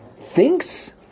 thinks